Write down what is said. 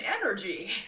energy